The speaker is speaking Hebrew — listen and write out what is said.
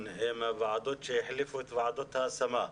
הן הוועדות שהחליפו את ועדות ההשמה.